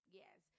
yes